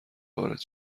وارد